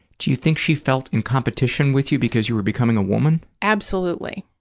do you think she felt in competition with you because you were becoming a woman? absolutely.